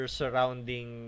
surrounding